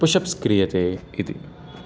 पुषप्स् क्रियते इति